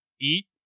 eat